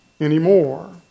anymore